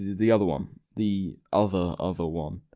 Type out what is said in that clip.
the the other one. the other, other one.